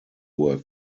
were